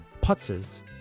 putzes